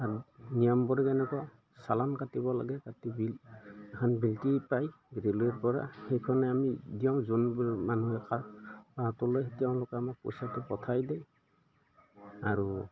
আৰু নিয়মবোৰ তেনেকুৱা চালান কাটিব লাগে কাটি বিল এখন বিলটি পায় ৰেলৰপৰা সেইখনে আমি দিওঁ যোনবোৰ মানুহে কাম তোলে তেওঁলোকে আমাক পইচাটো পঠাই দেই আৰু